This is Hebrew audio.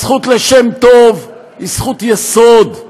הזכות לשם טוב היא זכות יסוד,